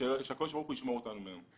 שהקדוש ברוך הוא ישמור אותנו מהם.